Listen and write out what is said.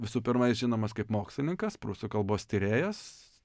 visų pirma jis žinomas kaip mokslininkas prūsų kalbos tyrėjas